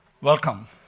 Welcome